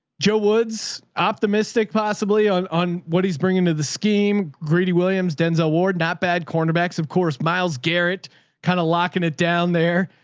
joe woods optimistic, possibly on, on what he's bringing to the scheme, greedy williams, denzel ward, not bad cornerbacks of course, miles garrett kind of locking it down there.